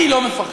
אני לא מפחד.